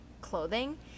clothing